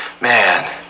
Man